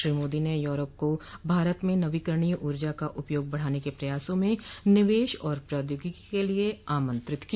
श्री मोदी ने यूरोप को भारत में नवीकरणीय ऊर्जा का उपयोग बढाने के प्रयासों में निवेश और प्रौद्योगिकी के लिए आमंत्रित किया